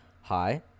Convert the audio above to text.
Hi